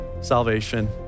salvation